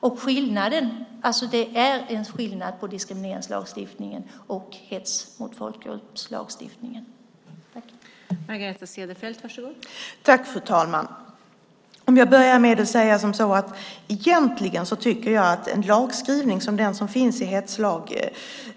Det är alltså en skillnad på diskrimineringslagstiftningen och lagstiftningen när det gäller hets mot folkgrupp.